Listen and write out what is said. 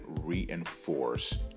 reinforce